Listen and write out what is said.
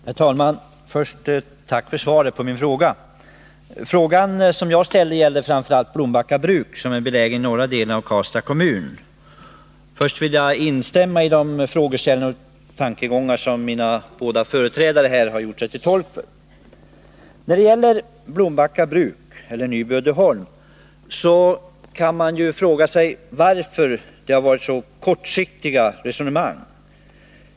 Herr talman! Jag tackar industriministern för svaret på min fråga. Den fråga som jag har ställt gäller framför allt Blombacka bruk som är beläget i norra delen av Karlstads kommun. Först vill jag instämma i de tankegångar som mina båda företrädare har gjort sig till tolk för. Man kan fråga sig varför resonemangen om Blombacka bruk, eller Nyby Uddeholm, har varit så kortsiktiga.